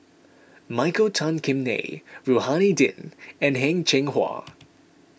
Michael Tan Kim Nei Rohani Din and Heng Cheng Hwa